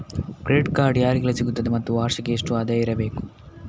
Credit card ಯಾರಿಗೆಲ್ಲ ಸಿಗುತ್ತದೆ ಮತ್ತು ವಾರ್ಷಿಕ ಎಷ್ಟು ಆದಾಯ ಇರಬೇಕು?